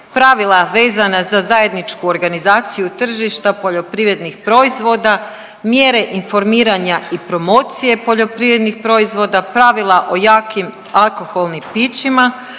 pravila vezana za zajedničku organizaciju tržišta poljoprivrednih proizvoda, mjere informiranja i promocije poljoprivrednih proizvoda, pravila o jakim alkoholnim pićima,